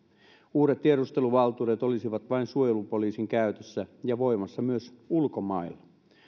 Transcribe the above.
uudet tiedusteluvaltuudet olisivat vain suojelupoliisin käytössä ja voimassa myös ulkomailla